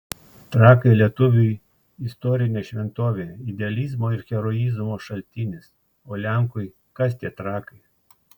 trakai lietuviui istorinė šventovė idealizmo ir heroizmo šaltinis o lenkui kas tie trakai